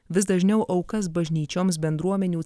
vis dažniau aukas bažnyčioms bendruomenių